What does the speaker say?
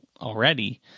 already